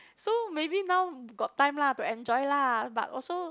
so maybe now got time lah to enjoy lah but also